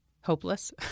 hopeless